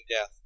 death